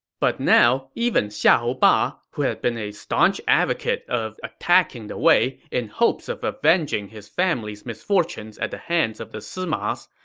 but now, even xiahou ba, who had been a staunch advocate of attacking the wei in hopes of avenging his family's misfortunes at the hands of the simas,